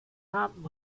haben